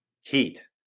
Heat